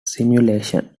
simulation